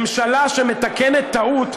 ממשלה שמתקנת טעות,